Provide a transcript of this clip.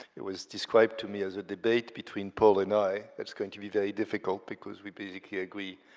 it was described to me as a debate between paul and i. it's going to be very difficult because we basically agree